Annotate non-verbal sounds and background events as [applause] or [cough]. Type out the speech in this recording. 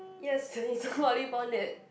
yes [breath] it's a volleyball net